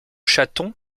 chatons